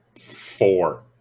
Four